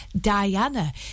Diana